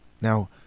Now